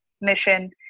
mission